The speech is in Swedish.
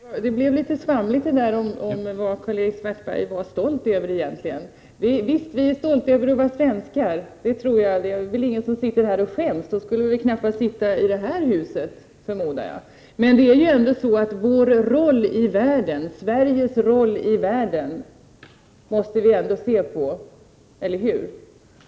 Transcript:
Herr talman! Det blev litet svamligt när det gällde frågan om vad som Karl-Erik Svartberg egentligen var stolt över. Visst är vi stolta över att vara svenskar. Det tror jag. Det är väl inte någon som sitter här och skäms. Om så var fallet skulle vi knappast sitta i det här huset, förmodar jag. Men vi måste ändå se på Sveriges roll i världen.